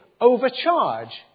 overcharge